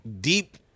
deep